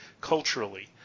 culturally